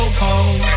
home